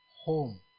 home